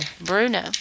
Bruno